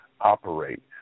operate